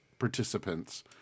Participants